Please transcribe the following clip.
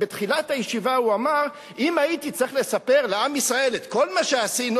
בתחילת הישיבה הוא אמר: אם הייתי צריך לספר לעם ישראל את כל מה שעשינו,